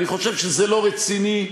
אני חושב שזה לא רציני,